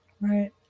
Right